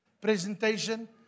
presentation